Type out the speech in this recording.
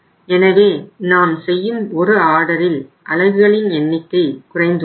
எனவே நாம் செய்யும் ஒரு ஆர்டரில் அலகுகளின் எண்ணிக்கை குறைந்துள்ளது